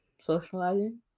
Socializing